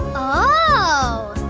oh!